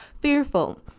fearful